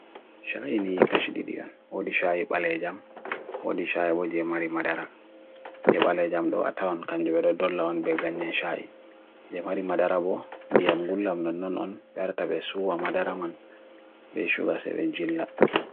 Hummingbird ɓe heɓi seede haawru e monɗo ciiɓe, heɓi siwri. Miijeeji hokkita puccu njahorndu sidi.